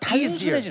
easier